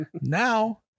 Now